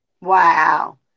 Wow